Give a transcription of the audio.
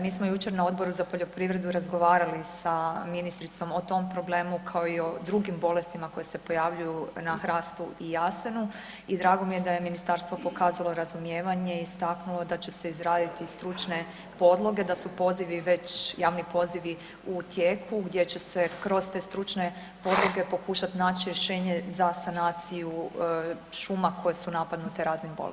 Mi smo jučer na Odboru za poljoprivredu razgovarali sa ministricom o tome problemu kao i o drugim bolestima koje se pojavljuju na hrastu i jasenu i drago mi je da je Ministarstvo pokazalo razumijevanje i istaknulo da će se izraditi stručne podloge, da su pozivi već, javni pozivi u tijeku gdje će se kroz te stručne podloge pokušati naći rješenje za sanaciju šuma koje su napadnute raznim bolestima.